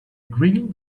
grill